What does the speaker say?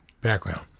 background